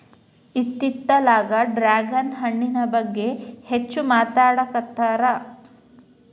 ಇತ್ತಿತ್ತಲಾಗ ಡ್ರ್ಯಾಗನ್ ಹಣ್ಣಿನ ಬಗ್ಗೆ ಹೆಚ್ಚು ಮಾತಾಡಾಕತ್ತಾರ